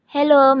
Hello